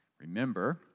Remember